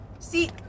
see